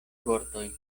vortoj